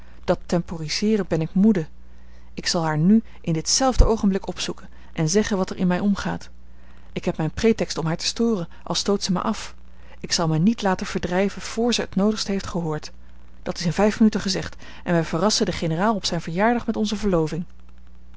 dat temporiseeren ben ik moede ik zal haar nu in ditzelfde oogenblik opzoeken en zeggen wat er in mij omgaat ik heb mijn pretext om haar te storen al stoot ze mij af ik zal mij niet laten verdrijven vr zij het noodigste heeft gehoord dat is in vijf minuten gezegd en wij verrassen den generaal op zijn verjaardag met onze verloving